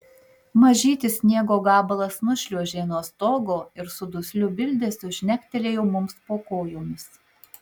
mažytis sniego gabalas nušliuožė nuo stogo ir su dusliu bildesiu žnektelėjo mums po kojomis